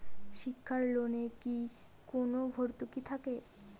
শিক্ষার লোনে কি কোনো ভরতুকি থাকে?